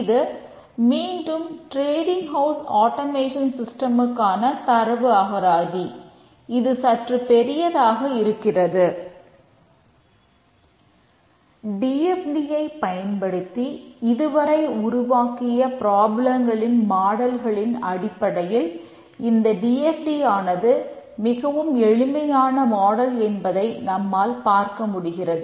இது மீண்டும் trading house automation சிஸ்டமுக்கான தரவு அகராதி இது சற்று பெரியதாக இருக்கிறது